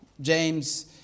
James